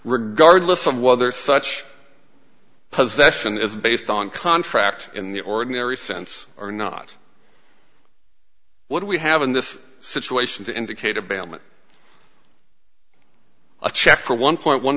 regardless of whether such possession is based on contract in the ordinary sense or not what we have in this situation to indicate a bailment a check for one point one